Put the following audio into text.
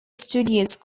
studios